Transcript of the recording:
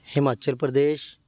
Himachal Pradesh